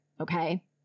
okay